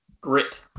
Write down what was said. Grit